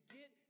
get